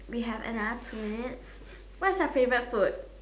we have another two minutes what's your favourite food